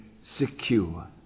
secure